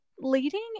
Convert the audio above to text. leading